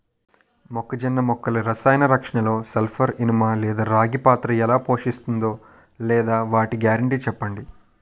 మొక్కజొన్న మొక్కల రసాయన రక్షణలో సల్పర్, ఇనుము లేదా రాగి పాత్ర ఎలా పోషిస్తుందో లేదా వాటి గ్యారంటీ చెప్పండి